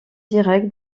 directe